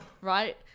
right